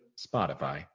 Spotify